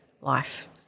life